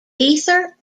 ether